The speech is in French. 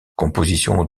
compositions